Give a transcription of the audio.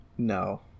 No